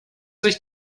sich